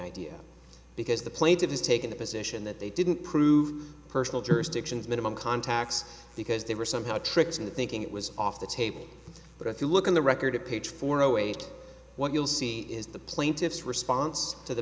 idea because the plaintiff has taken the position that they didn't prove personal jurisdictions minimum contacts because they were somehow tricked into thinking it was off the table but if you look at the record of page four zero eight what you'll see is the plaintiff's response to